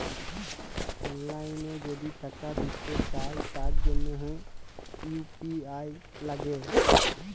অললাইল যদি টাকা দিতে চায় তার জনহ ইউ.পি.আই লাগে